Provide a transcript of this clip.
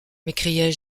m’écriai